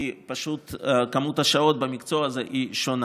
כי מספר השעות במקצוע הזה שונה,